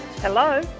Hello